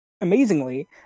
amazingly